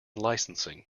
licensing